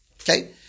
Okay